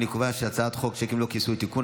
אני קובע שהצעת חוק שיקים ללא כיסוי (תיקון,